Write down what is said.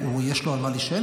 יש לו על מה להישען,